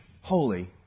holy